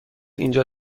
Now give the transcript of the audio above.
اینجا